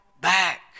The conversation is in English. back